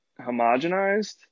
homogenized